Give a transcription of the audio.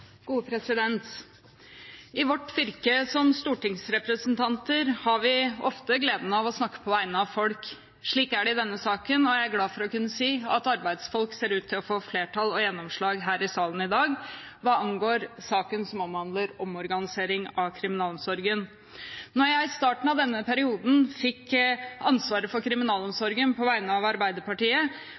I vårt yrke som stortingsrepresentanter har vi ofte gleden av å snakke på vegne av folk. Slik er det i denne saken, og jeg er glad for å kunne si at arbeidsfolk ser ut til å få flertall og gjennomslag her i salen i dag hva angår saken som omhandler omorganisering av kriminalomsorgen. Da jeg i starten av denne perioden fikk ansvaret for kriminalomsorgen på vegne av Arbeiderpartiet,